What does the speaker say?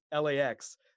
LAX